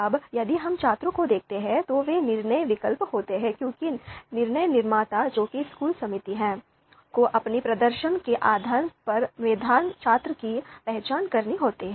अब यदि हम छात्रों को देखते हैं तो वे निर्णय विकल्प होते हैं क्योंकि निर्णय निर्माता जो कि स्कूल समिति है को अपने प्रदर्शन के आधार पर मेधावी छात्रों की पहचान करनी होती है